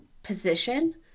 Position